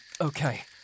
Okay